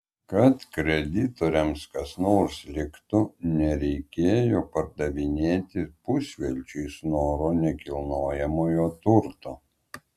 kad kreditoriams kas nors liktų nereikėjo pardavinėti pusvelčiui snoro nekilnojamojo turto